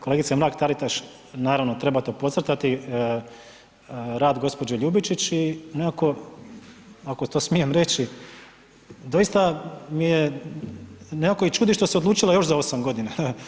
Kolegice Mrak Taritaš, naravno treba to podcrtati rad gospođe Ljubičić i nekako ako to smijem reći, doista mi je nekako i čudi što se odlučila još za osam godina.